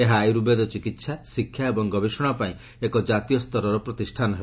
ଏହା ଆୟୁର୍ବେଦ ଚିକିତ୍ସା ଶିକ୍ଷା ଏବଂ ଗବେଷଣାପାଇଁ ଏକ ଜାତୀୟ ସ୍ତରର ପ୍ରତିଷ୍ଠାନ ହେବ